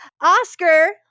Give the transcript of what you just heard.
Oscar